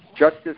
justice